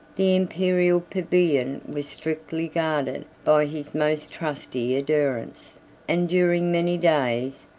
the imperial pavilion was strictly guarded by his most trusty adherents and during many days,